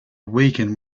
weaken